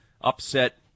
upset